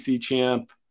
champ